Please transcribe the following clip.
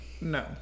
no